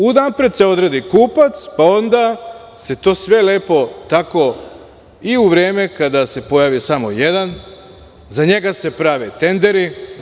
Unapred se odredi kupac, pa onda se to sve lepo i u vreme kada se pojavi samo jedan, za njega se prave tenderi.